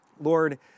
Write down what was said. Lord